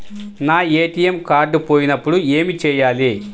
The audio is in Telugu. నా ఏ.టీ.ఎం కార్డ్ పోయినప్పుడు ఏమి చేయాలి?